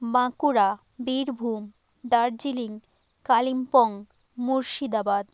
Bankura Birbhum Darjeeling Kalimpong Murshidabad